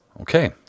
Okay